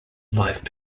life